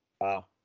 wow